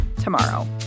tomorrow